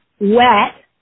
wet